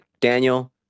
daniel